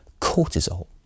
cortisol